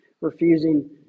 refusing